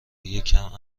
یکم